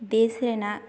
ᱫᱮᱥ ᱨᱮᱱᱟᱜ